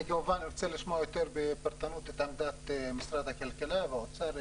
אני כמובן רוצה לשמוע יותר בפרטנות את עמדת משרד הכלכלה והאוצר,